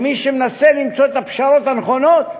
כמי שמנסה למצוא את הפשרות הנכונות,